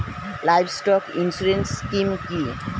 Livestock insurance scheme কি?